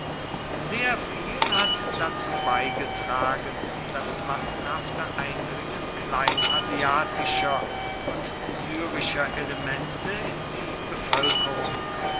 sehr viel hat dazu beigetragen das massenhafte eindringen kleinasiatischer und syrischer elemente in die bevölkerung